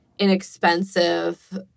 inexpensive